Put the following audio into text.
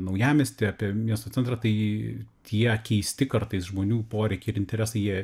naujamiestį apie miesto centrą tai tie keisti kartais žmonių poreikiai ir interesai jie